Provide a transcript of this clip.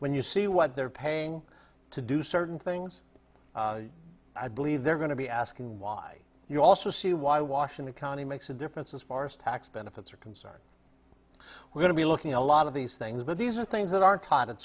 when you see what they're paying to do certain things i believe they're going to be asking why you also see why washington county makes a difference as far as tax benefits are concerned we're going to be looking a lot of these things but these are things that are t